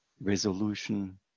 resolution